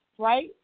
right